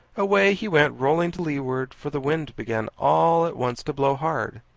away he went rolling to leeward, for the wind began all at once to blow hard.